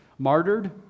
martyred